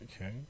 Okay